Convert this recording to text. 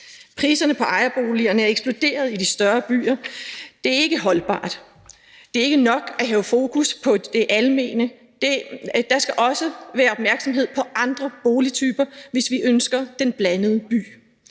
Priserne på ejerboliger er eksploderet i de større byer. Det er ikke holdbart. Det er ikke nok at have fokus på det almene – der skal også være opmærksomhed på andre boligtyper, hvis vi ønsker den blandede by.